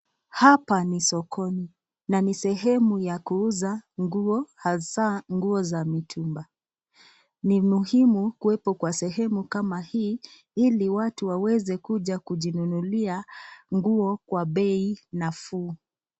Hapa ni sokoni na ni sehemu ya kuuza nguo hasaa nguo za mitumba, ni muhimu kuwepo kwa sehemu kama hii ili watu waweze kuja kuja kujinunulia nguo kwa bei nafuu.